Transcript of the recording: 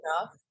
enough